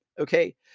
okay